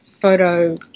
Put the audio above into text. photo